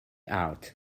out